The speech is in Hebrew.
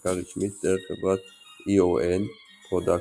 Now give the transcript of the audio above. כהפקה רשמית דרך חברת EON Productions,